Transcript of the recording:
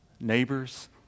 neighbors